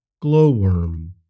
Glowworm